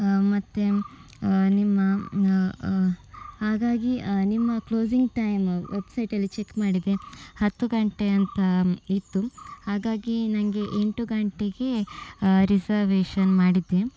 ಮತ್ತು ನಿಮ್ಮ ಹಾಗಾಗಿ ನಿಮ್ಮ ಕ್ಲೋಸಿಂಗ್ ಟೈಮ್ ವೆಬ್ಸೈಟಲ್ಲಿ ಚೆಕ್ ಮಾಡಿದೆ ಹತ್ತು ಗಂಟೆ ಅಂತ ಇತ್ತು ಹಾಗಾಗಿ ನನಗೆ ಎಂಟು ಗಂಟೆಗೆ ರಿಸವೇಶನ್ ಮಾಡಿದ್ದೆ